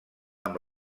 amb